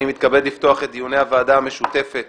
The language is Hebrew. אני מתכבד לפתוח את דיוני הוועדה המשותפת